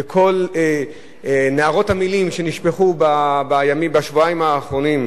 בכל נהרות המלים שנשפכו בשבועיים האחרונים,